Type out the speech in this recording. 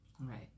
Right